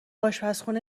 آشپزخونه